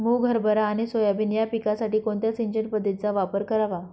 मुग, हरभरा आणि सोयाबीन या पिकासाठी कोणत्या सिंचन पद्धतीचा वापर करावा?